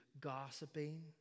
gossiping